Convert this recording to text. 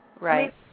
Right